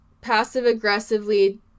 passive-aggressively